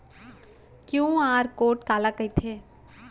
QR code काला कहिथे?